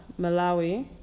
Malawi